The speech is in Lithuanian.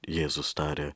jėzus tarė